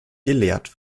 gelehrt